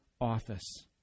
office